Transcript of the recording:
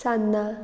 सान्नां